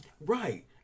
Right